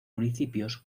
municipios